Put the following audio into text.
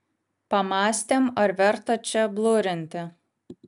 pamąstėm ar verta čia blurinti